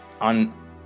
on